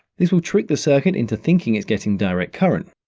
this will trick the circuit into thinking it's getting direct current,